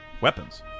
weapons